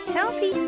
Healthy